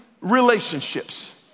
relationships